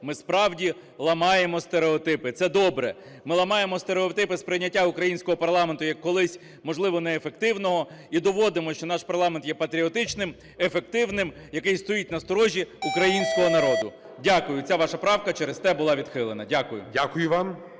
ми справді ламаємо стереотипи. Це добре. Ми ламаємо стереотипи сприйняття українського парламенту, як колись, можливо, неефективного і доводимо, що наш парламент є патріотичним, ефективним, який стоїть на сторожі українського народу. Дякую. Ця ваша правка через те була відхилена. Дякую. ГОЛОВУЮЧИЙ.